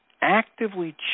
actively